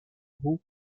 beau